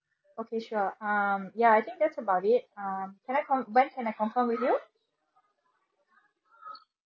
okay sure um ya I think that's about it um can I con~ when can I confirm with you